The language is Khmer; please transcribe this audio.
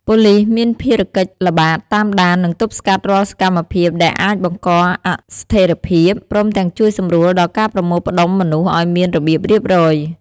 ប៉ូលិសមានភារកិច្ចល្បាត តាមដាន និងទប់ស្កាត់រាល់សកម្មភាពដែលអាចបង្កអស្ថេរភាព ព្រមទាំងជួយសម្រួលដល់ការប្រមូលផ្ដុំមនុស្សឱ្យមានរបៀបរៀបរយ។